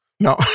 No